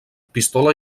pistola